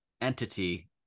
entity